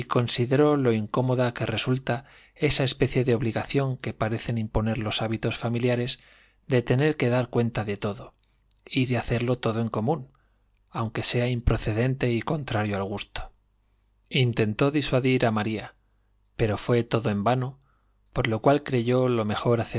consideró lo incómoda que reatilta esa especie de obligación que parecen imponer los hábitos familiares de tener que dar cuenta de todo y de hacerlo todo en común aunque sea improcedente y contrario al gusto intentó disuadir a maría pero fué todo en vano por lo cual creyó lo mejor